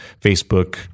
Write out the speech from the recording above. Facebook